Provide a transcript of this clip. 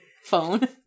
phone